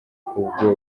ubwo